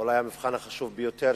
אולי המבחן החשוב ביותר,